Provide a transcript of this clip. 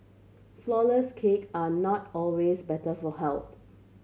flourless cake are not always better for health